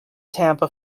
tampa